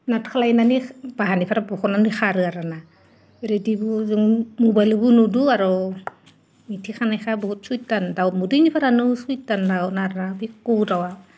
नारख्लायनानै बाहानिफ्राय बख'नानै खारो आरोना ओरै बायदिबो जों मबाइलावबो नुदो आरो मिथिखानायखा बहुत सैतान दाउ उन्दैनिफ्रायनो सैतान दाउ बे कु दाउआ